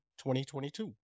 2022